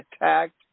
attacked